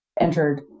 entered